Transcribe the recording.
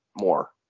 more